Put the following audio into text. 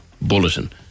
Bulletin